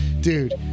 Dude